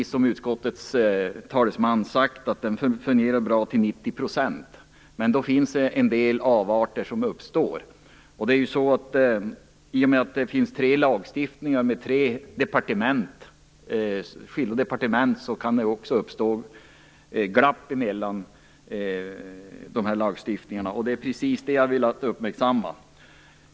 Som utskottets talesman har sagt fungerar den bra till 90 %. Men en del avarter uppstår. I och med att det är fråga om tre lagstiftningar och tre skilda departement kan det uppstå glapp mellan lagstiftningarna. Det är precis detta jag har velat uppmärksamma.